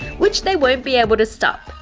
which they won't be able to stop,